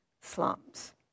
slums